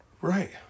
Right